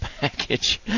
package